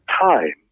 time